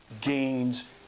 gains